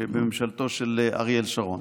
בממשלתו של אריאל שרון.